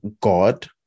God